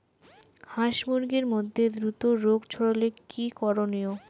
হাস মুরগির মধ্যে দ্রুত রোগ ছড়ালে কি করণীয়?